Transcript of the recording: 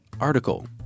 article